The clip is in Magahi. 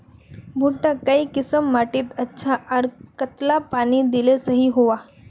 भुट्टा काई किसम माटित अच्छा, आर कतेला पानी दिले सही होवा?